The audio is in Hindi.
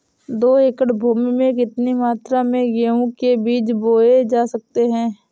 दो एकड़ भूमि में कितनी मात्रा में गेहूँ के बीज बोये जा सकते हैं?